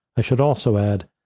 i should also add,